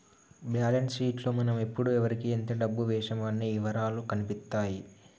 balance sheet లో మనం ఎప్పుడు ఎవరికీ ఎంత డబ్బు వేశామో అన్ని ఇవరాలూ కనిపిత్తాయి